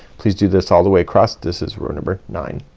please do this all the way across. this is row number nine.